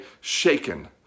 shaken